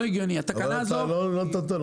לא נתת לו